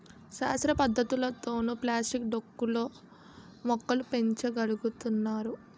శాస్త్ర పద్ధతులతోనే ప్లాస్టిక్ డొక్కు లో మొక్కలు పెంచ గలుగుతున్నారు